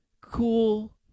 cool